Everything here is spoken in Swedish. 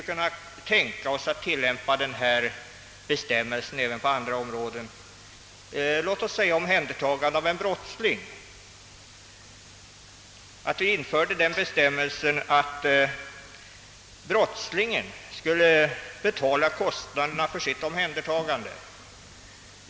Om vi tillämpade samma regler även på andra områden skulle t.ex. en brottsling som omhändertas själv få betala kostnaderna för sitt omhändertagande.